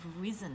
risen